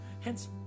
Hence